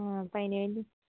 ആ അപ്പോൾ അതിനുവേണ്ടി